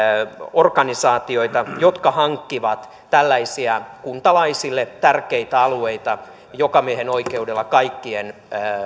organisaatioita jotka hankkivat tällaisia kuntalaisille tärkeitä alueita jokamiehenoikeuksilla kaikkien